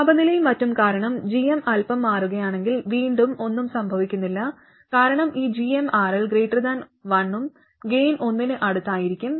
താപനിലയും മറ്റും കാരണം gm അല്പം മാറുകയാണെങ്കിൽ വീണ്ടും ഒന്നും സംഭവിക്കുന്നില്ല കാരണം ഈ gmRL 1 ഉം ഗൈൻ 1 ന് അടുത്തായിരിക്കും